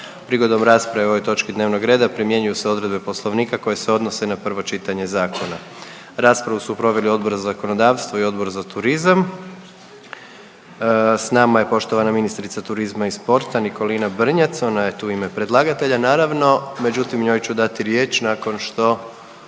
Prigodom rasprave o ovoj točki dnevnog reda primjenjuju se odredbe Poslovnika koje se odnose na prvo čitanje zakona. Raspravu su proveli Odbor za zakonodavstvo i Odbor za turizam. S nama je poštovana ministrica turizma i sporta Nikolina Brnjac, ona je tu u ime predlagatelja naravno, međutim njoj ću dati riječ nakon što